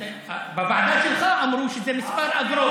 בוועדה שלך אמרו שזה כמה אגרות.